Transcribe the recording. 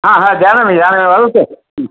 हा हा जानामि जानामि वदतु